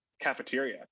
cafeteria